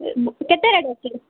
ଏ କେତେ ରେଟ୍ ଅଛି